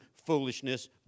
foolishness